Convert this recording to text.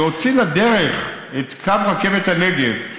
להוציא לדרך את קו רכבת הנגב,